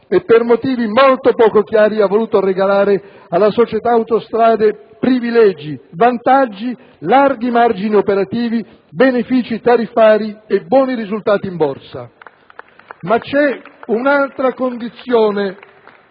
e per motivi molto poco chiari, ha voluto regalare alla società Autostrade privilegi, vantaggi, larghi margini operativi, benefici tariffari e buoni risultati in Borsa. *(Applausi dai